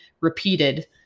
repeated